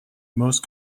most